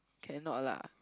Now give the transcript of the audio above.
cannot lah